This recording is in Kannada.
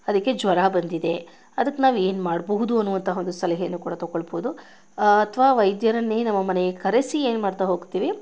ಅದಕ್ಕೆ ಜ್ವರ ಬಂದಿದೆ ಅದಕ್ಕೆ ನಾವು ಏನು ಮಾಡಬಹುದು ಅನ್ನುವಂತಹ ಒಂದು ಸಲಹೆನ ಕೂಡ ತಗೊಳ್ಬಹುದು ಅಥವಾ ವೈದ್ಯರನ್ನೇ ನಮ್ಮ ಮನೆಗೆ ಕರೆಸಿ ಏನು ಮಾಡ್ತಾ ಹೋಗ್ತೀವಿ